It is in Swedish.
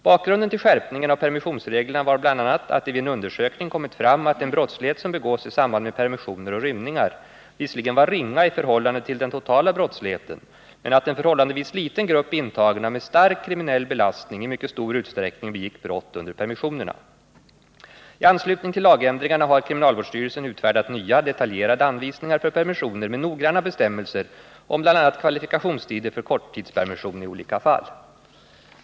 Bakgrunden till skärpningen av permissionsreglerna var bl.a. att det vid en undersökning kommit fram att den brottslighet som begås i samband med permissioner och rymningar visserligen var ringa i förhållande till den totala brottsligheten men att en förhållandevis liten grupp intagna med stark kriminell belastning i mycket stor utsträckning begick brott under permissionerna. I anslutning till lagändringarna har kriminalvårdsstyrelsen utfärdat nya, detaljerade anvisningar för permissioner med noggranna bestämmelser om bl.a. kvalifikationstider för korttidspermission i olika fall.